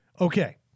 Okay